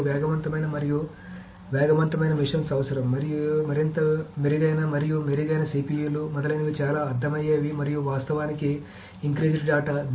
మాకు వేగవంతమైన మరియు వేగవంతమైన మెషిన్స్ అవసరం మరింత మెరుగైన మరియు మెరుగైన CPU లు మొదలైనవి చాలా అర్థమయ్యేవి మరియు వాస్తవానికి ఇంక్రీజ్డ్ డేటా